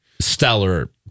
stellar